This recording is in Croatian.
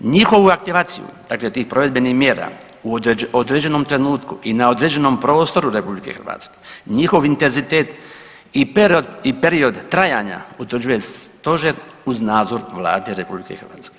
Njihovu aktivaciju dakle tih provedbenih mjera u određenom trenutku i na određenom prostoru RH, njihov intenzitet i period trajanja utvrđuje Stožer uz nadzor Vlade RH.